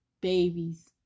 babies